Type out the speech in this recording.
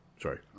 Sorry